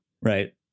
right